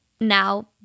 now